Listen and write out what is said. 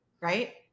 Right